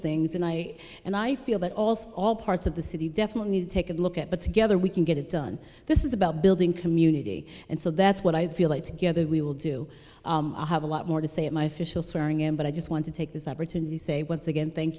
things and i and i feel that also all parts of the city definitely need to take a look at but together we can get it done this is about building community and so that's what i feel like together we will do i have a lot more to say at my fishel swearing in but i just want to take this opportunity say once again thank